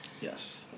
Yes